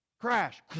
Crash